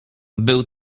był